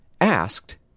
asked